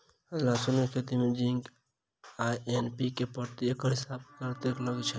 लहसून खेती मे जिंक आ एन.पी.के प्रति एकड़ हिसाब सँ कतेक लागै छै?